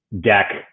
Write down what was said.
deck